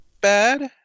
Bad